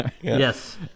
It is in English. yes